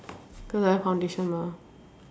cause I have foundation mah